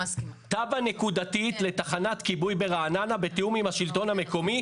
תב"ע נקודתית לתחנת כיבוי בתאום עם השלטון המקומי.